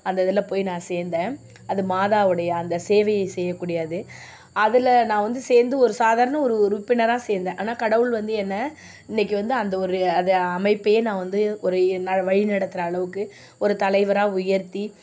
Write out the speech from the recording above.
அந்த இதில் போய் நான் சேர்ந்தேன் அது மாதாவுடைய அந்த சேவையை செய்ய கூடியது அதில் நான் வந்து சேர்ந்து ஒரு சாதாரண ஒரு உறுப்பினராக சேர்ந்தேன் ஆனால் கடவுள் வந்து என்னை இன்னைக்கு வந்து அந்த ஒரு அதை அமைப்பை நான் வந்து ஒரு வழிநடத்துகிற அளவுக்கு ஒரு தலைவராக உயர்த்தி